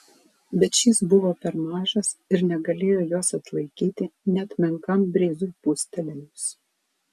bet šis buvo per mažas ir negalėjo jos atlaikyti net menkam brizui pūstelėjus